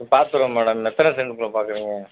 பார்த்துர்வோம் madam எத்தனை சென்டுக்குள்ள பார்க்குறிங்க